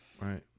right